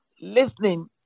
listening